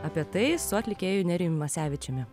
apie tai su atlikėju nerijum masevičiumi